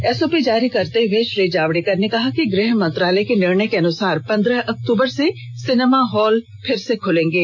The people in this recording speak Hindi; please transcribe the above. एसओपी जारी करते हुए श्री जावडेकर ने कहा कि गृह मंत्रालय के निर्णय के अनुसार पंद्रह अक्टूबर से सिनेमा हॉल फिर से खूलेंगे